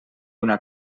una